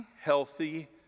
healthy